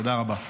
תודה רבה.